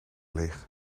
leeg